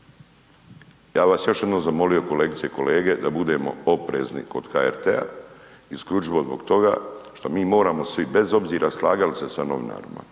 bi vas još jednom zamolio kolegice i kolege, da bude oprezni kod HRT-a, isključivo zbog toga što mi moramo svi, bez obzira slagali se sa novinarima,